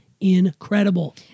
incredible